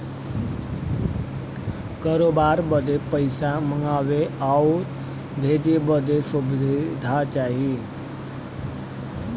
करोबार बदे पइसा मंगावे आउर भेजे बदे सुविधा चाही